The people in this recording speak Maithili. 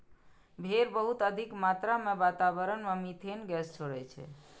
भेड़ बहुत अधिक मात्रा मे वातावरण मे मिथेन गैस छोड़ै छै